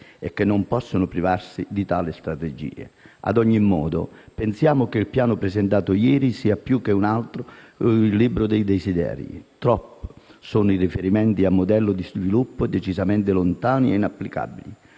che non possono privarsi di tali strategie. Ad ogni modo, pensiamo che il piano presentato ieri sia più che altro un bel libro dei desideri. Troppi sono i riferimenti a modelli di sviluppo decisamente lontani e inapplicabili.